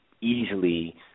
easily